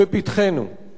והסכנה,